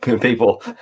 people